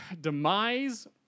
Demise